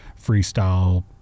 freestyle